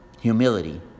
Humility